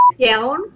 down